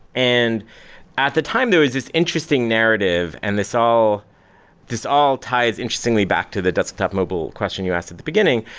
and at the time, there was this interesting narrative and this all this all ties interestingly back to the desktop-mobile question you asked at the beginning.